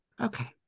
okay